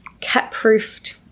cat-proofed